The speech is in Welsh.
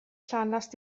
llanast